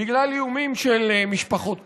בגלל איומים של משפחות פשע,